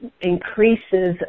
increases